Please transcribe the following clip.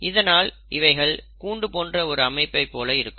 இதனால் இவைகள் கூண்டு போன்ற ஒரு அமைப்பைப் போல இருக்கும்